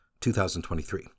2023